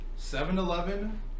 7-Eleven